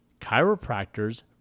Chiropractors